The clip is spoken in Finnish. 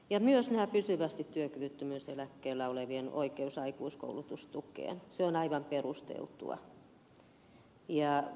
ja myös tämä pysyvästi työkyvyttömyyseläkkeellä olevien oikeus aikuiskoulutustukeen on aivan perusteltua